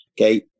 okay